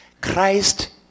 Christ